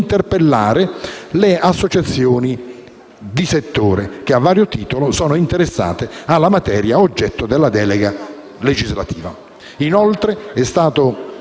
interpellare le associazioni di settore, che a vario titolo sono interessate alla materia oggetto della delega legislativa. Inoltre, è stata